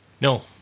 No